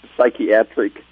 psychiatric